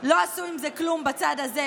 לא עשו עם זה כלום בצד הזה,